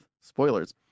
spoilers